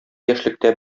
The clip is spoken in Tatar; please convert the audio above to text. яшьлектә